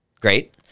Great